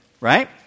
right